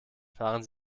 fahren